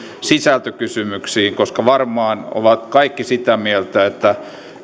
sisältökysymyksiin koska varmaan ovat kaikki sitä mieltä että